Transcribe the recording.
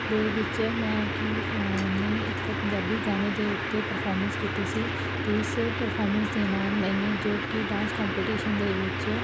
ਦੇ ਵਿੱਚ ਮੈਂ ਕੀ ਨੇ ਇੱਕ ਪੰਜਾਬੀ ਗਾਣੇ ਦੇ ਉੱਤੇ ਪਰਫੋਰਮੈਂਸ ਕੀਤੀ ਸੀ ਅਤੇ ਇਸ ਪਰਫੋਰਮੈਂਸ ਦੇ ਨਾਲ ਮੈਨੇ ਜੋ ਕਿ ਡਾਂਸ ਕੋਂਪਟੀਸ਼ਨ ਦੇ ਵਿੱਚ